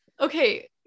Okay